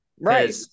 right